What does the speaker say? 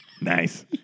Nice